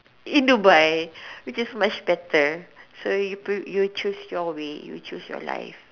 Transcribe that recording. in Dubai which is much better so you choose your way you choose your life